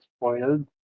spoiled